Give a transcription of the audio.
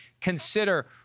Consider